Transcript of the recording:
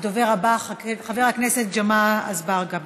בבקשה, חבר הכנסת ג'מעה אזברגה.